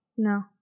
No